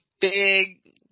big